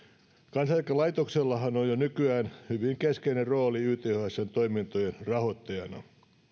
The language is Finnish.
kansaneläkelaitoksellahan on jo nykyään hyvin keskeinen rooli ythsn toimintojen rahoittajana